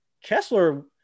Kessler